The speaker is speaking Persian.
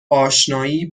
آشنایی